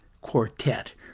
Quartet